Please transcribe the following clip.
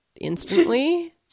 instantly